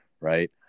right